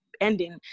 ending